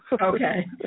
okay